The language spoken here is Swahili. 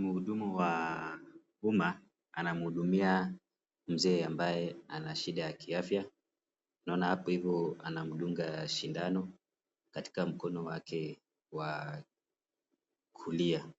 Mhudumu wa Uma anamhudumia mzee ambaye ana shida ya kiafya. Tunaona hapo hivyo anamdunga sindano katika mkono wake wa kulia,